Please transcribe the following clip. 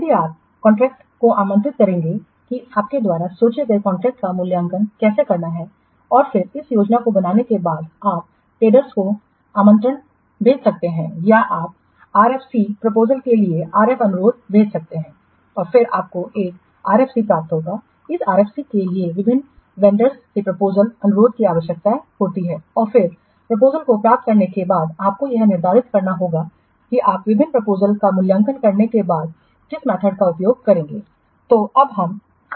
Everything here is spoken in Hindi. यदि आप कॉन्ट्रैक्ट को आमंत्रित करेंगे कि आपके द्वारा सोचा गए कॉन्ट्रैक्ट का मूल्यांकन कैसे करना है और फिर इस योजना को बनाने के बाद आप टेंडर्स को आमंत्रण भेज सकते हैं या आप आरएफसी प्रपोजल के लिए आरएफ अनुरोध भेज सकते हैं और फिर आपको यह आरएफसी प्राप्त होगा इस आरएफसी के लिए विभिन्न वंडर्स से प्रपोजलस अनुरोध की आवश्यकता होती है और फिर प्रपोजलस को प्राप्त करने के बाद आपको यह निर्धारित करना होगा कि आप विभिन्न प्रपोजलस का मूल्यांकन करने के लिए किस मेथड का उपयोग करेंगे